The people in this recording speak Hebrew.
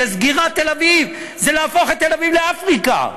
זה סגירת תל-אביב, זה להפוך את תל-אביב לאפריקה.